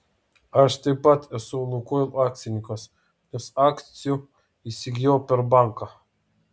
aš taip pat esu lukoil akcininkas nes akcijų įsigijau per banką